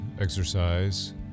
exercise